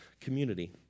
community